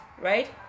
right